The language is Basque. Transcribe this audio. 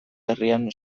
herrian